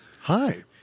Hi